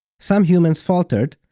some humans faltered,